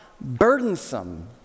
burdensome